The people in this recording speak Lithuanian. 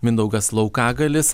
mindaugas laukagalis